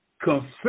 confess